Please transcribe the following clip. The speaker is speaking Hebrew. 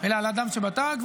על האדם שבטנק,